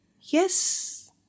Yes